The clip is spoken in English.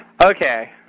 Okay